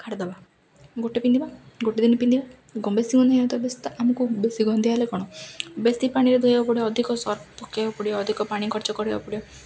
କାଢ଼ିଦବା ଗୋଟେ ପିନ୍ଧିବା ଗୋଟ ଦିନ ପିନ୍ଧିବା ବେଶୀ ଗନ୍ଧ ଆମକୁ ବେଶୀ ଗନ୍ଧିଆ ହେଲେ କ'ଣ ବେଶୀ ପାଣିରେ ଧୋଇବାକୁ ପଡ଼ିବ ଅଧିକ ସର୍ଫ ପକେଇବାକୁ ପଡ଼ିବ ଅଧିକ ପାଣି ଖର୍ଚ୍ଚ କରିବାକୁ ପଡ଼ିବ